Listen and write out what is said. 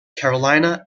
carolina